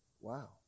Wow